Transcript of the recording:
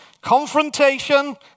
confrontation